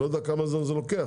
אני לא יודע כמה זמן זה לוקח,